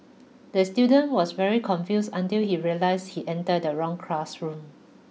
the student was very confused until he realized he enter the wrong classroom